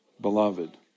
Beloved